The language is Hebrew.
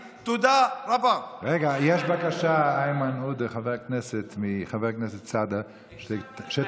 אבל הם רוצים את זה בזול, הם רוצים